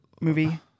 movie